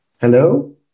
Hello